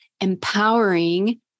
empowering